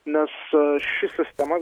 nes ši sistema